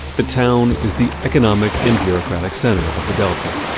the town is the economic and bureaucratic center of the delta.